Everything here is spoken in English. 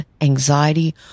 anxiety